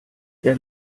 der